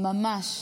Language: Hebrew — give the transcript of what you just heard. ממש.